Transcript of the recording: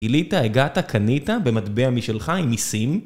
-ילית, הגעת, קנית, במטבע משלך, עם מיסים,